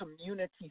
community